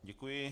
Děkuji.